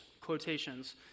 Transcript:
quotations